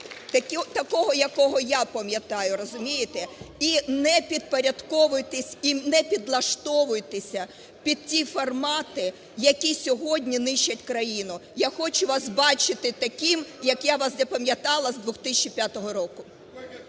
таким, якого я пам'ятаю, розумієте. І не підпорядковуйтесь, і не підлаштовуйтеся під ті формати, які сьогодні нищать країну. Я хочу вас бачити таким, як я вас запам'ятала з 2005 року.